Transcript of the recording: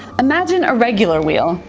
imagine a regular wheel.